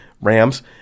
Rams